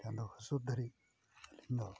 ᱪᱟᱸᱫᱚ ᱦᱟᱹᱥᱩᱨ ᱫᱷᱟᱹᱨᱤᱡ ᱟᱹᱞᱤᱧ ᱫᱚ